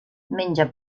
menja